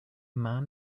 man